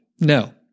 No